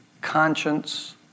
conscience